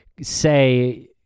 say